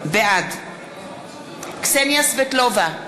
בעד קסניה סבטלובה,